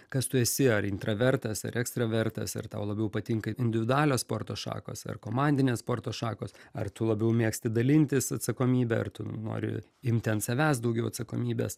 kas tu esi ar intravertas ar ekstravertas ar tau labiau patinka individualios sporto šakos ar komandinės sporto šakos ar tu labiau mėgsti dalintis atsakomybe ar tu nori imti ant savęs daugiau atsakomybės